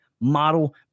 model